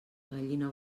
gallina